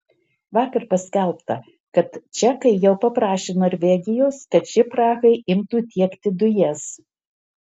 vakar paskelbta kad čekai jau paprašė norvegijos kad ši prahai imtų tiekti dujas